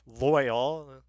Loyal